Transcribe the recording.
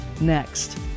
next